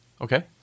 okay